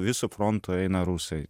visu frontu eina rusai